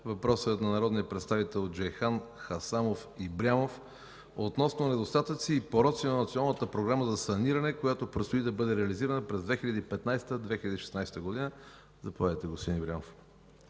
Въпросът е на народния представител Джейхан Хасанов Ибрямов относно недостатъци и пороци на Националната програма за саниране, която предстои да бъде реализирана през 2015–2016 г. Заповядайте, господин Ибрямов,